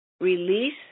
release